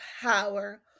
power